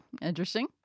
Interesting